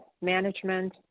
management